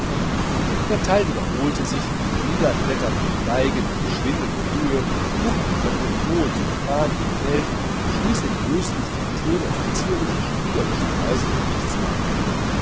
der teil wiederholte sich wieder kletterten die geigen in die schwindelnde höhe guckten von ihrem hohen sopran in die welt und schließlich lösten sich die töne auf zierliche spielerische weise in nichts auf